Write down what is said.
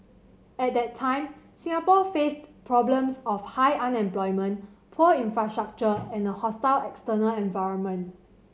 at that time Singapore faced problems of high unemployment poor infrastructure and a hostile external environment